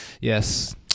yes